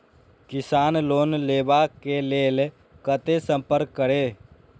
किसान लोन लेवा के लेल कते संपर्क करें?